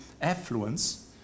affluence